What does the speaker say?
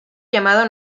llamado